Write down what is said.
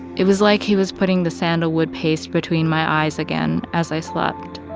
it was like he was putting the sandalwood paste between my eyes again as i slept